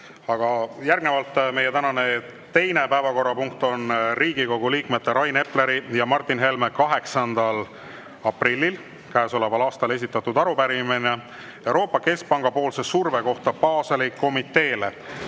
Aga järgnevalt meie tänane teine päevakorrapunkt: Riigikogu liikmete Rain Epleri ja Martin Helme 8. aprillil käesoleval aastal esitatud arupärimine Euroopa Keskpanga poolse surve kohta Baseli komiteele.